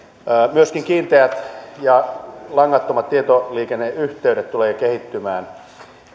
myöskin kiinteät ja langattomat tietoliikenneyhteydet tulevat kehittymään